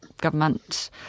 government